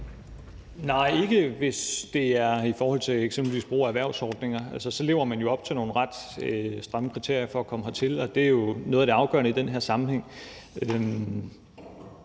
Nej, ikke hvis det er i forhold til eksempelvis brug af erhvervsordninger. Så lever man jo op til nogle ret stramme kriterier for at komme hertil, og det er noget af det afgørende i den her sammenhæng.